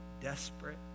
desperate